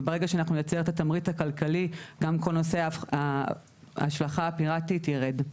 וברגע שאנחנו נייצר את התמריץ הכלכלי גם כל נושאר ההשלכה הפיראטית יירד.